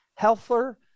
Helfer